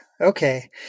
okay